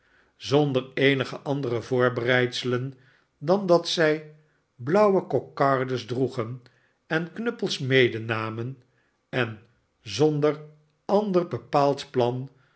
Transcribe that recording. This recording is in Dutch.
zonder eenige andere voorbereidselen dan dat zij blauwe kokardes droegen en knuppels medenamen en zonder ander bepaald plan